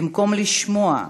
במקום לשמוע,